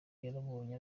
yarabonye